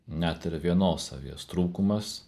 net ir vienos avies trūkumas